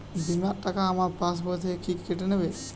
বিমার টাকা আমার পাশ বই থেকে কি কেটে নেবে?